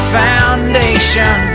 foundation